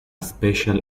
special